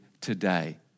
today